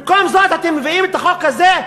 במקום זה אתם מביאים את החוק הזה,